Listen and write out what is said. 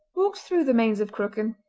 walked through the mains of crooken.